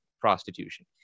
prostitution